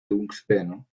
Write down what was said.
tungsteno